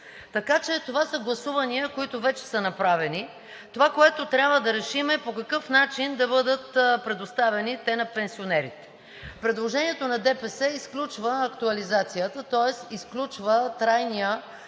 Така че това са гласувания, които вече са направени. Това, което трябва да решим, е по какъв начин да бъдат предоставени те на пенсионерите. Предложението на ДПС изключва актуализацията, тоест изключва трайния